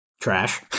trash